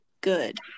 good